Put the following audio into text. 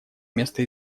место